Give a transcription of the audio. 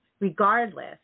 Regardless